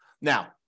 Now